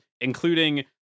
including